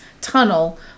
tunnel